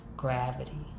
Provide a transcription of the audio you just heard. Gravity